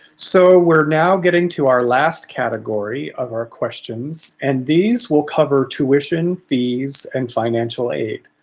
so we're now getting to our last category of our questions, and these will cover tuition fees and financial aid.